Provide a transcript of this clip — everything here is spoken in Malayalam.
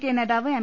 കെ നേതാവ് എം